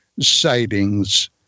sightings